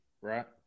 right